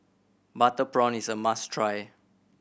butter prawn is a must try